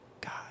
God